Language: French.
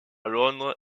londres